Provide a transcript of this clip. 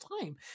time